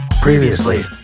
Previously